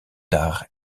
dag